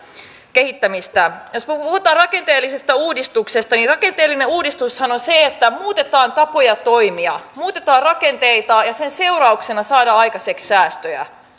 kehittämistä jos puhutaan rakenteellisesta uudistuksesta niin rakenteellinen uudistushan on se että muutetaan tapoja toimia muutetaan rakenteita ja sen seurauksena saadaan aikaiseksi säästöjä